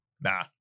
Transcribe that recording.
nah